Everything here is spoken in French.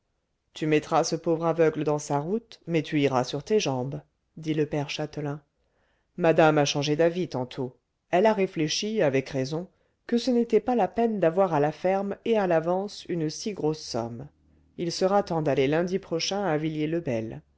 tu mettras ce pauvre aveugle dans sa route mais tu iras sur tes jambes dit le père châtelain madame a changé d'avis tantôt elle a réfléchi avec raison que ce n'était pas la peine d'avoir à la ferme et à l'avance une si grosse somme il sera temps d'aller lundi prochain à villiers le bel